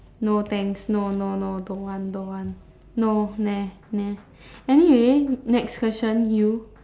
no thanks no no no don't want don't want no nah nah anyway next question you